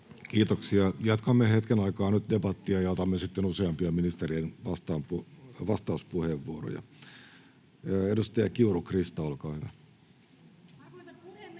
Kiitoksia. — Jatkamme hetken aikaa nyt debattia ja otamme sitten useampia ministerien vastauspuheenvuoroja. — Edustaja Kiuru, Krista, olkaa hyvä.